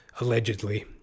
allegedly